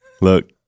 look